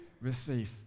receive